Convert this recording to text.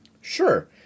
Sure